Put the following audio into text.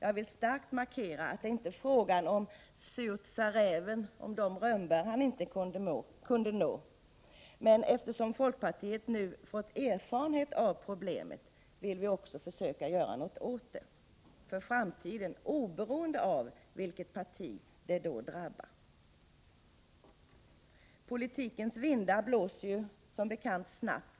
Jag vill starkt markera att det inte är fråga om ”surt sa räven” om de rönnbär han inte kunde nå, men eftersom folkpartiet nu har erfarenhet av problemet vill vi försöka göra något åt det för framtiden, oberoende av vilket parti det då drabbar. Politikens vindar blåser som bekant snabbt.